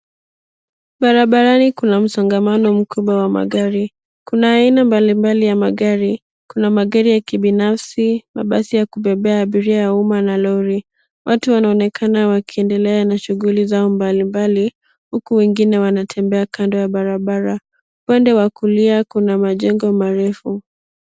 Barabarani kuna msongamano mkubwa wa magari .Kuna aina mbalimbali ya magari. Kuna magari ya kibinafsi, mabasi ya kubebea abiria ya umma na lori. Watu wanaonekana wakiendelea na shughuli zao mbalimbali huku wengine wanatembea kando ya barabara. Pande wa kulia kuna majengo marefu.